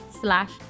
slash